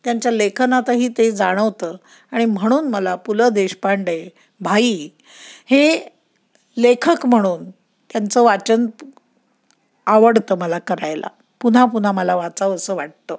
त्यांच्या लेखनातही ते जाणवतं आणि म्हणून मला पु ल देशपांडे भाई हे लेखक म्हणून त्यांचं वाचन आवडतं मला करायला पुन्हा पुन्हा मला वाचावं असं वाटतं